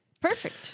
Perfect